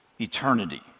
eternity